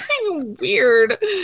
weird